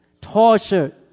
tortured